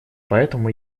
поэтому